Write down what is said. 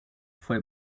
fue